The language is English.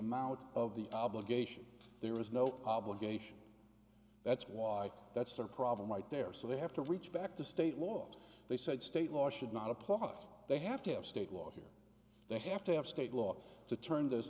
amount of the obligation there is no obligation that's why that's their problem right there so they have to reach back to state law they said state law should not apply they have to have state law here they have to have state law to turn this